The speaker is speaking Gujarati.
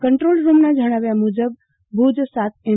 કંન્દ્રોલરૂમના જણાવ્યા મુજબ ભુજ સાત એમ